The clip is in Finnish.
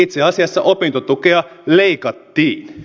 itse asiassa opintotukea leikattiin